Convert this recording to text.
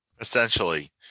Essentially